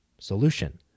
Solution